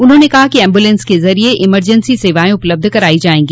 उन्होंने कहा कि एम्बूलेंस के जरिये इमरजेंसी सेवाएं उपलब्ध कराई जायेंगी